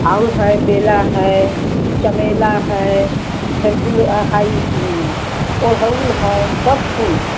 और है बेला है चमेला है फेगुल हाई औड़हुल है सब फूल है